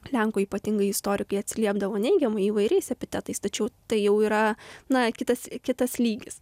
lenkų ypatingai istorikai atsiliepdavo neigiamai įvairiais epitetais tačiau tai jau yra na kitas kitas lygis